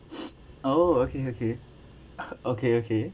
oh okay okay okay okay